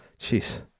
Jeez